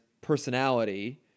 personality